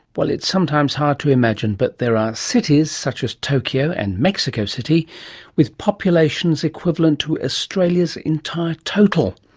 well, it's sometimes hard to imagine, but there are cities such as tokyo and mexico city with populations equivalent to australia's entire total.